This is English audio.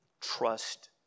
trust